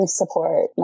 support